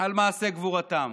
על מעשי גבורתם.